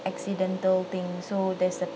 accidental thing so there's a